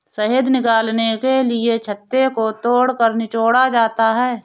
शहद निकालने के लिए छत्ते को तोड़कर निचोड़ा जाता है